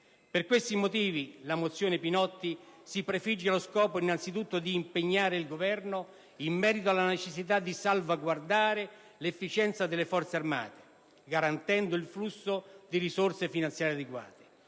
Per questi motivi, la mozione a prima firma Pinotti si prefigge innanzi tutto lo scopo di impegnare il Governo in merito alla necessità di salvaguardare l'efficienza delle Forze armate, garantendo il flusso di risorse finanziarie adeguate,